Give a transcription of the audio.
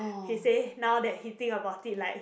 he say now that he think about it like he